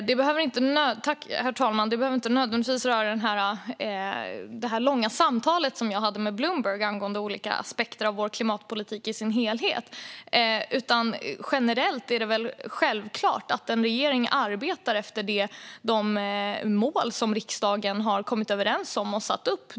Herr talman! Detta behöver inte nödvändigtvis handla om det långa samtal jag hade med Bloomberg om olika aspekter av vår klimatpolitik som helhet. Generellt är det väl självklart att en regering arbetar utifrån de mål som riksdagen har kommit överens om och satt upp.